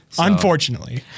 Unfortunately